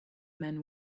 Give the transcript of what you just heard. men